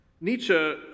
Nietzsche